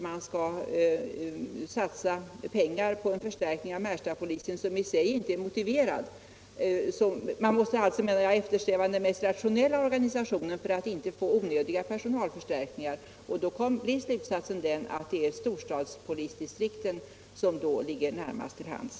Man måste, som jag ser det, eftersträva den mest rationella organisationen för att inte få onödiga personalförstärkningar. Då blir slutsatsen den att storstadspolisen ligger närmast till hands.